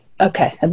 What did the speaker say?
okay